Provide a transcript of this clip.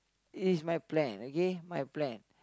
is my plan okay my plan